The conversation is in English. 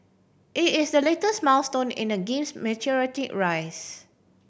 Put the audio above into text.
it is the latest milestone in the game's meteoric rise